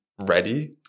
ready